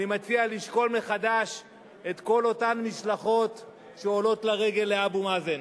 אני מציע לשקול מחדש את כל אותן משלחות שעולות לרגל לאבו מאזן.